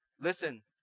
listen